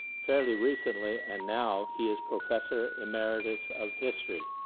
fairly recently, and now he is professor emeritus of history.